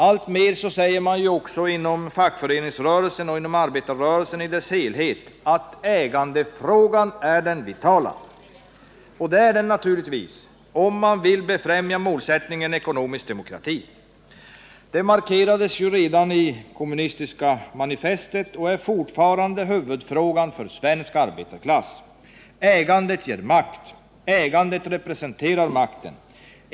Alltmer säger man också inom fackföreningsrörelsen och inom arbetarrörelsen i dess helhet att ägandefrågan är den vitala. Och det är den naturligtvis, om man vill befrämja målsättningen ekonomisk demokrati. Det markerades ju redan i Kommunistiska manifestet och är fortfarande huvudfrågan också för svensk arbetarklass. Ägandet ger makt. Ägandet representerar makten.